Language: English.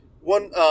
One